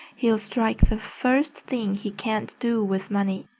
he'll strike the first thing he can't do with money.